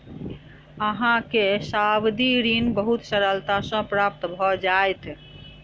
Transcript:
अहाँ के सावधि ऋण बहुत सरलता सॅ प्राप्त भ जाइत